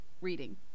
reading